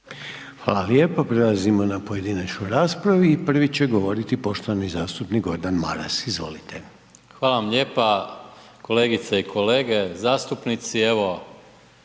Hvala lijepo. Prelazimo na pojedinačnu raspravu i prvi će govoriti poštovani zastupnik Gordan Maras, izvolite. **Maras, Gordan (SDP)** Hvala vam lijepa. Kolegice i kolege zastupnici evo